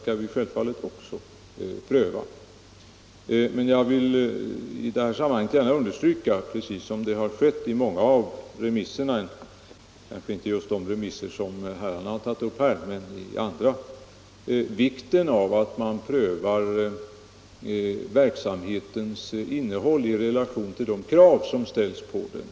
Jag vill emellertid i det här sammanhanget gärna understryka — precis som man gjort i många av remisserna, men kanske inte just de som herrarna tagit upp här — vikten av att pröva verksamhetens innehåll i relation till de krav som ställs på den.